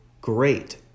great